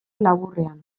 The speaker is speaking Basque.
laburrean